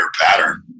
pattern